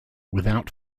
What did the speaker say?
without